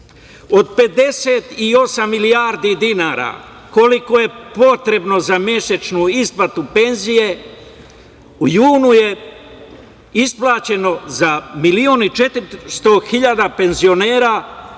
58 milijardi dinara, koliko je potrebno za mesečnu isplatu penzije, u junu je isplaćeno za milion